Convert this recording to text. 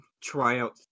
tryout